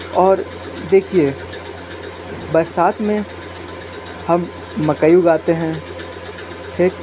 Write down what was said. और देखिए बरसात में हम मकई उगाते हैं ठीक